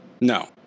No